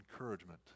encouragement